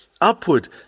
upward